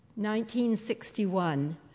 1961